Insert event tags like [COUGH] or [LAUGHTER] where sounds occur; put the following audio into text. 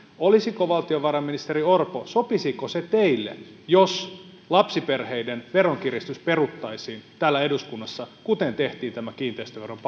valtiovarainministeri orpo sopisiko se teille jos lapsiperheiden veronkiristys peruttaisiin täällä eduskunnassa kuten tehtiin tälle kiinteistöveron [UNINTELLIGIBLE]